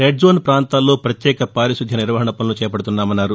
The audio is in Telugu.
రెడ్ జోన్ ప్రాంతాల్లో ప్రత్యేక పారిశుధ్య నిర్వహణ పనులు చేపడుతున్నామన్నారు